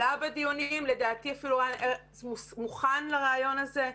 עלה בדיונים, לדעתי אפילו רן מוכן לרעיון הזה.